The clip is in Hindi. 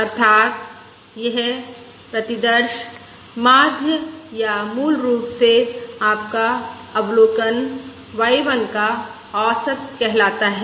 अर्थात यह प्रतिदर्श माध्य या मूल रूप से आपका अवलोकन y1 का औसत कहलाता है